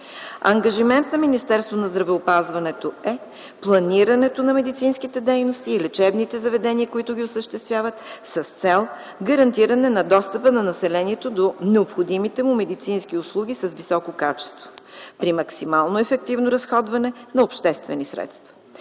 Ангажимент на Министерство на здравеопазването е планирането на медицинските дейности и лечебните заведения, които ги осъществяват, с цел гарантиране на достъпа на населението до необходимите му медицински услуги с високо качество при максимално ефективно разходване на обществени средства.